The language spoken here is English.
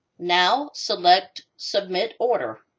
now, select submit order.